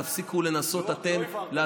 תפסיקו לנסות אתם, לא הבהרת לי.